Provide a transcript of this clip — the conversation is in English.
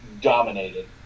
dominated